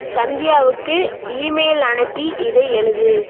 சந்தியாவுக்கு email அனுப்பி இதை எழுது